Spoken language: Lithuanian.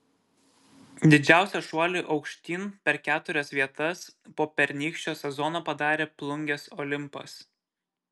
didžiausią šuolį aukštyn per keturias vietas po pernykščio sezono padarė plungės olimpas